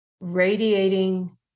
radiating